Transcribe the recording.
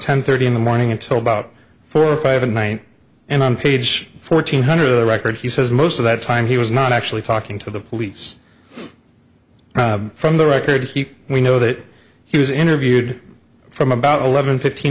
ten thirty in the morning until about four five a night and on page fourteen hundred of the record he says most of that time he was not actually talking to the police from the record he we know that he was interviewed from about eleven fifteen